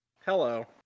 Hello